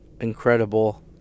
incredible